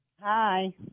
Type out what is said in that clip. Hi